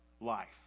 life